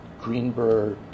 Greenberg